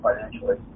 financially